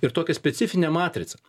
ir tokią specifinę matricą